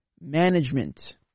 Management